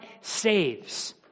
saves